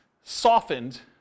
softened